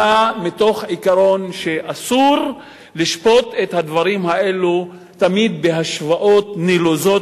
אלא מתוך העיקרון שאסור לשפוט את הדברים האלה תמיד בהשוואות נלוזות,